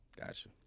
Gotcha